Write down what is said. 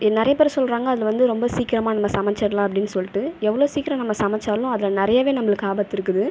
நிறையா பேர் சொல்கிறாங்க அதில் வந்து ரொம்ப சீக்கிரமாக நம்ம சமைச்சுடலாம் அப்படின்னு சொல்லிட்டு எவ்வளோ சீக்கிரம் நம்ம சமைத்தாலும் அதில் நிறையாவே நம்மளுக்கு ஆபத்து இருக்குது